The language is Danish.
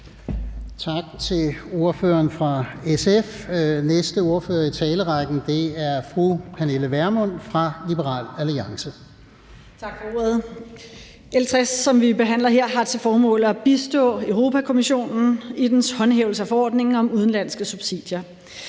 Tak til ordføreren for SF. Næste ordfører i talerækken er fru Pernille Vermund fra Liberal Alliance.